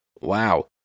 Wow